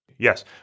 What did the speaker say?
Yes